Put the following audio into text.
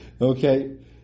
Okay